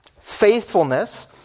Faithfulness